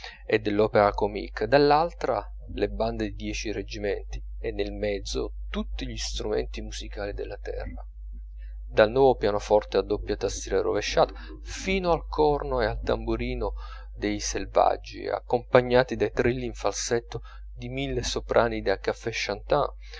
e dellopéra comique dall'altra le bande di dieci reggimenti e nel mezzo tutti gli strumenti musicali della terra dal nuovo pianoforte a doppia tastiera rovesciata fino al corno e al tamburino dei selvaggi accompagnati dai trilli in falsetto di mille soprani da cafè chantant